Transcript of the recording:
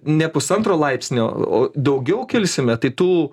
ne pusantro laipsnio o daugiau kilsime tai tų